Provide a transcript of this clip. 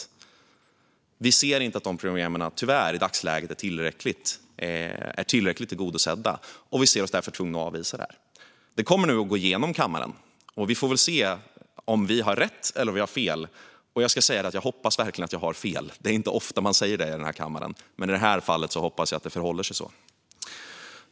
Tyvärr ser vi inte i dagsläget att frågorna som rör de problemen är tillräckligt tillgodosedda, och vi ser oss därför tvungna att avvisa detta. Det kommer nu att gå igenom i kammaren. Vi får väl se om vi har rätt eller om vi har fel. Jag ska säga att jag verkligen hoppas att jag har fel. Det är inte ofta man säger det i den här kammaren, men i det här fallet hoppas jag att det förhåller sig så.